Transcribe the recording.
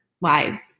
lives